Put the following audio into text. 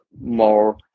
more